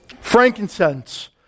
Frankincense